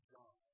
John